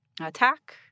attack